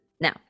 Now